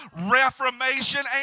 reformation